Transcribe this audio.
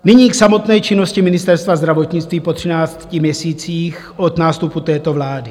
Nyní k samotné činnosti Ministerstva zdravotnictví po třinácti měsících od nástupu této vlády.